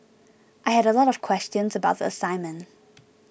I had a lot of questions about the assignment